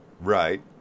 right